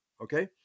Okay